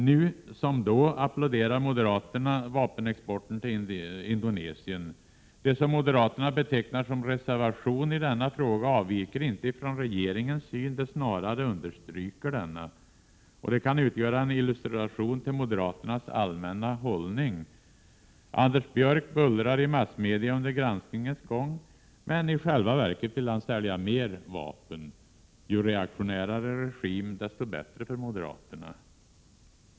Nu som då applåderar moderaterna vapenexporten till Indonesien. Det som moderaterna betecknar som en reservation i denna fråga avviker inte från regeringens syn utan snarare understryker denna. Det kan utgöra en illustration till moderaternas allmänna hållning. Anders Björck bullrar i massmedia under granskningens gång, men i själva verket vill han sälja mer vapen. Ju reaktionärare regim, desto bättre för moderaterna.